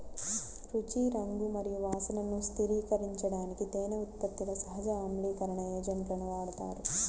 రుచి, రంగు మరియు వాసనను స్థిరీకరించడానికి తేనె ఉత్పత్తిలో సహజ ఆమ్లీకరణ ఏజెంట్లను వాడతారు